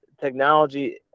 technology